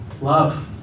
Love